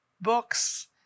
Books